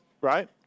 right